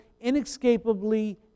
inescapably